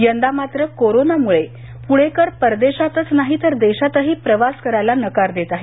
यंदा मात्र कोरोनामुळे पुणेकर परदेशातच नाही तर देशातही प्रवास करायला नकार देत आहेत